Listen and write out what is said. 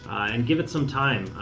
and give it some time.